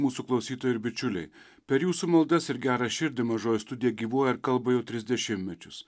mūsų klausytojai ir bičiuliai per jūsų maldas ir gerą širdį mažoji studija gyvuoja ir kalba jau tris dešimtmečius